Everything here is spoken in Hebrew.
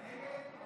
נגד?